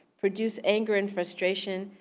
produce anger and frustration,